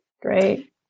Great